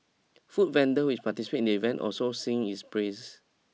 food vendors which participate in the event also sang its praises